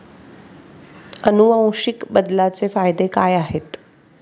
अनुवांशिक बदलाचे फायदे काय आहेत?